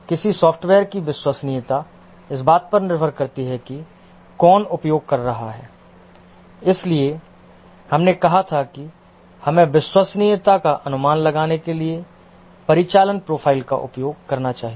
किसी सॉफ़्टवेयर की विश्वसनीयता इस बात पर निर्भर करती है कि कौन उपयोग कर रहा है और इसलिए हमने कहा था कि हमें विश्वसनीयता का अनुमान लगाने के लिए परिचालन प्रोफ़ाइल का उपयोग करना चाहिए